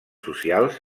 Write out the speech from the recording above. socials